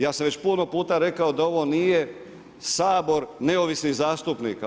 Ja sam već puno puta rekao, da ovo nije sabor neovisnih zastupnika.